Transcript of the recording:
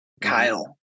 Kyle